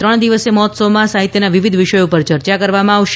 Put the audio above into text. આ ત્રણ દિવસીય મહોત્સવમાં સાહિત્યના વિવિધ વિષયો પર ચર્ચા કરવામાં આવશે